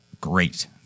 Great